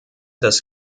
des